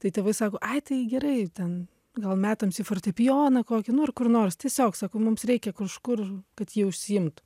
tai tėvai sako ai tai gerai ten gal metams į fortepijoną kokį nu ir kur nors tiesiog sako mums reikia kažkur kad ji užsiimtų